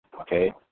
okay